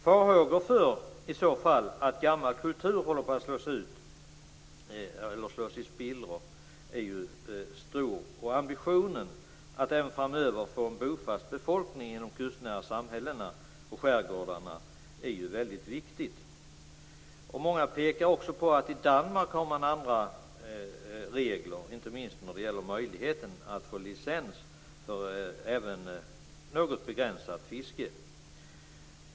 Farhågan att gammal kultur håller på att slås i spillror är stor. Ambitionen att vi även framöver skall ha en bofast befolkning i de kustnära samhällena och i skärgårdarna är viktig. Många pekar på att man i Danmark har andra regler, inte minst när det gäller möjligheten att få licens även för något begränsat fiske.